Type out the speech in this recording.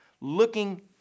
looking